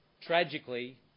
tragically